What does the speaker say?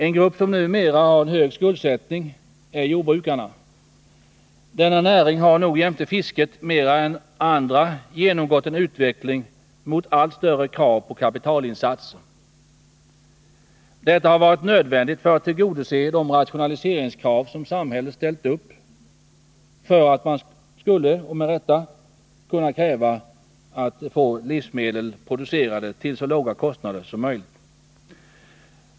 En grupp som numera har en hög skuldsättning är jordbrukarna. Deras näring har nog jämte fisket mer än andra genomgått en utveckling mot allt större krav på kapitalinsatser. Detta har varit nödvändigt för att tillgodose de rationaliseringskrav som samhället ställt upp för att man skulle kunna kräva att få livsmedel producerade till så låga kostnader som möjligt.